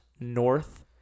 north